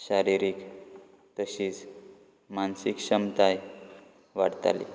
शारिरीक तशीच मानसीक क्षमताय वाडताली